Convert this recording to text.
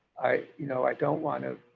i you know i don't want to